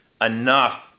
enough